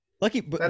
Lucky